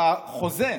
שבחוזה,